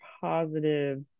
positive